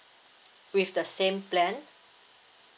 with the same plan